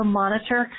monitor